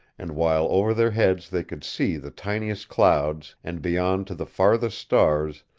and while over their heads they could see the tiniest clouds and beyond to the farthest stars,